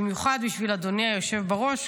במיוחד בשביל אדוני היושב בראש,